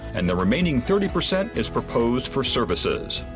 and the remaining thirty percent is proposed for services.